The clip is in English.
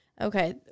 Okay